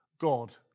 God